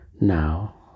Now